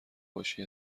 باشی